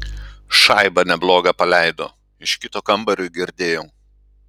šaibą neblogą paleido iš kito kambario girdėjau